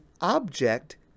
object